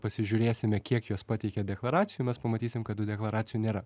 pasižiūrėsime kiek jos pateikė deklaracijų mes pamatysim kad tų deklaracijų nėra